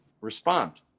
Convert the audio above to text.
respond